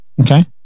Okay